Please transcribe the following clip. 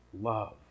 love